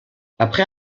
après